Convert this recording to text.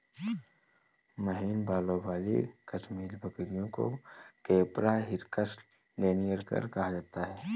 महीन बालों वाली कश्मीरी बकरियों को कैपरा हिरकस लैनिगर कहा जाता है